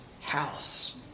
house